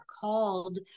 called